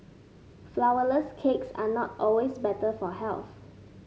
flourless cakes are not always better for health